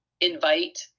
Invite